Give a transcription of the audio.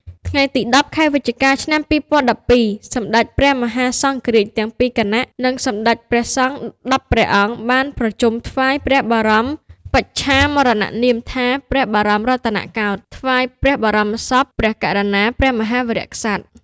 ថ្ងៃទី១០ ខែវិច្ឆិកា ឆ្នាំ២០១២: សម្ដេចព្រះមហាសង្ឃរាជទាំងពីរគណៈ និងសម្ដេចព្រះសង្ឃ ១០ ព្រះអង្គ បានប្រជុំថ្វាយព្រះបរមបច្ឆាមរណនាមថា «ព្រះបរមរតនកោដ្ឋ» ថ្វាយព្រះបរមសពព្រះករុណាព្រះមហាវីរក្សត្រ។